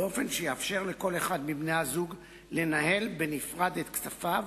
באופן שיאפשר לכל אחד מבני-הזוג לנהל בנפרד את כספיו